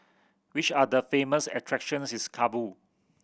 which are the famous attractions in Kabul